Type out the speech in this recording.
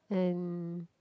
and